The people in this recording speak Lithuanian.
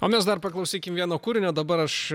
o mes dar paklausykim vieno kūrinio dabar aš